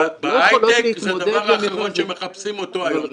בהייטק זה הדבר האחרון שמחפשים אותו היום,